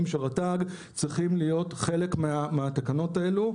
של רט"ג צריכים להיות חלק מהתקנות האלו,